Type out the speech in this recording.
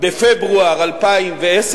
בפברואר 2010,